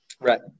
Right